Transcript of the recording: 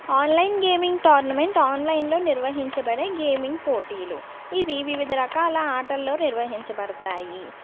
online gaming tournament ఆన్లైన్లో నిర్వహించబడే gaming పోటీలు ఇవి వివిధ రకాల ఆటల్లో నిర్వహించబడతాయి